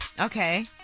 Okay